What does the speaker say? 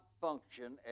function